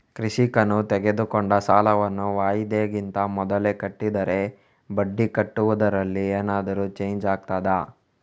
ಕೃಷಿಕನು ತೆಗೆದುಕೊಂಡ ಸಾಲವನ್ನು ವಾಯಿದೆಗಿಂತ ಮೊದಲೇ ಕಟ್ಟಿದರೆ ಬಡ್ಡಿ ಕಟ್ಟುವುದರಲ್ಲಿ ಏನಾದರೂ ಚೇಂಜ್ ಆಗ್ತದಾ?